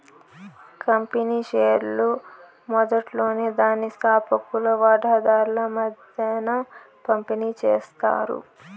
company షేర్లు మొదట్లోనే దాని స్తాపకులు వాటాదార్ల మద్దేన పంపిణీ చేస్తారు